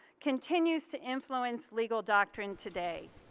continues to influence legal doctrine today,